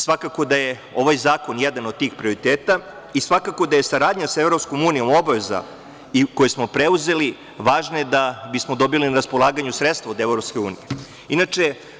Svakako da je ovaj zakon jedan od tih prioriteta i svakako da je saradnja sa Evropskom unijom obaveza koju smo preuzeli, važna je da bismo dobili na raspolaganje sredstva od Evropske unije.